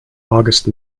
august